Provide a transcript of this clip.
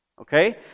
Okay